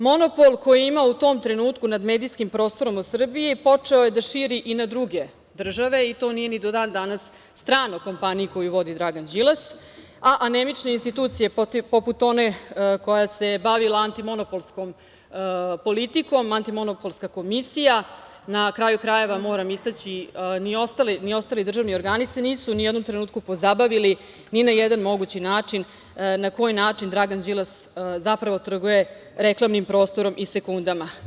Monopol koji ima u tom trenutku nad medijskim prostorom u Srbiji počeo je da širi i na druge države i to nije ni do dan danas strano kompaniji koju vodi Dragan Đilas, a anemične institucije poput one koja se bavila antimonopolskom politikom, antimonopolska komisija, na kraju krajeva, moram istaći, ni ostali državni organi se nisu ni u jednom trenutku pozabavili ni na jedan mogući način na koji način Dragan Đilas zapravo trguje reklamnim prostorom i sekundama.